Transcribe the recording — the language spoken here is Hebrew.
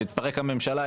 ותתפרק הממשלה,